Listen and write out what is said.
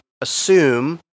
assume